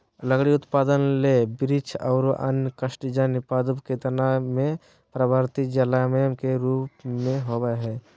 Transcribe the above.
लकड़ी उत्पादन ले वृक्ष आरो अन्य काष्टजन्य पादप के तना मे परवर्धी जायलम के रुप मे होवअ हई